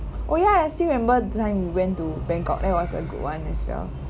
oh ya I still remember that time we went to bangkok that was a good [one] as well